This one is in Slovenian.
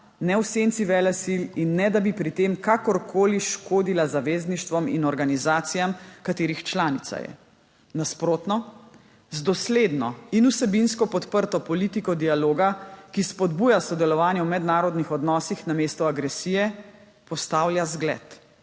ne v senci velesil in ne da bi pri tem kakorkoli škodila zavezništvom in organizacijam, katerih članica je. Nasprotno, z dosledno in vsebinsko podprto politiko dialoga, ki spodbuja sodelovanje v mednarodnih odnosih namesto agresije, postavlja zgled.